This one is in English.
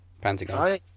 Pentagon